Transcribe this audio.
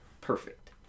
Perfect